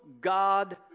God